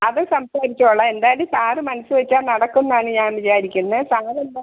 അത് സംസാരിച്ച് കൊള്ളാം എന്തായാലും സാറ് മനസ്സ് വെച്ചാൽ നടക്കും എന്നാണ് ഞാൻ വിചാരിക്കുന്നത് സാറെന്താ